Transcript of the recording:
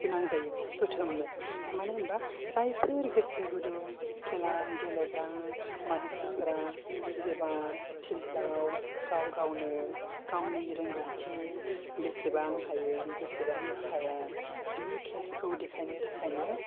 गोनां जायो बुथुमनो मानो होनबा जायफोर गोसो गुदुं खेला गेलेग्रा मानसिफोरा जेब्ला फिल्डाव गाव गावनो गावनि रोंगौथि बेसेबां हायो बेसेबां हाया बि खेलाखौ देखायनो थाखायनो